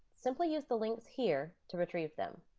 simply use the links here to retrieve them.